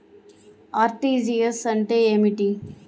RTGS అంటే ఏమిటి?